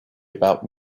about